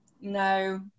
no